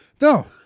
No